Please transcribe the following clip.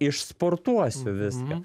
išsportuosiu viską